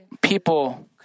people